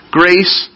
grace